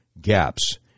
gaps